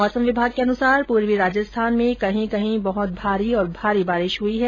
मौसम विभाग के अनुसार पूर्वी राजस्थान में कहीं कहीं बहत भारी और भारी बारिश हई है